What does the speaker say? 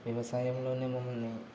వ్యవసాయంలోనే మమ్మల్ని